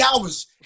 hours